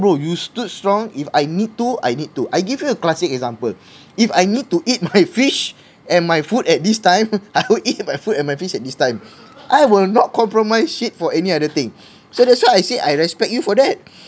bro you stood strong if I need to I need to I give you a classic example if I need to eat my fish and my food at this time I will eat my food and my fish at this time I will not compromise shit for any other thing so that's why I said I respect you for that